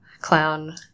clown